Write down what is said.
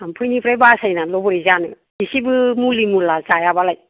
थाम्फैनिफ्राय बासायनानैल' बोरै जानो एसेबो मुलि मुला जायाबालाय